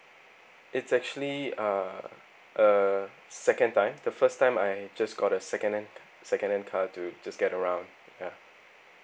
it's actually uh a second time the first time I just got a second hand second hand car to just get around ya